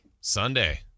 Sunday